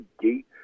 gate